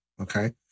Okay